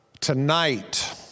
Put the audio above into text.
Tonight